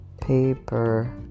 paper